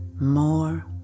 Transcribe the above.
more